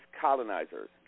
colonizers